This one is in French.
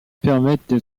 permettent